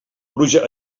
pluja